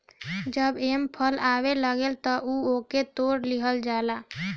जब एमे फल आवे लागेला तअ ओके तुड़ लिहल जाला